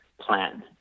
plan